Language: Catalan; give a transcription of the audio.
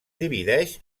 divideix